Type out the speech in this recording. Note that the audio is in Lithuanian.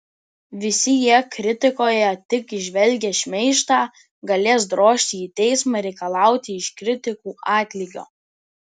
visi jie kritikoje tik įžvelgę šmeižtą galės drožti į teismą reikalauti iš kritikų atlygio